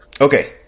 Okay